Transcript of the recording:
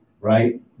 right